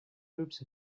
groups